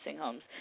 homes